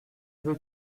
veux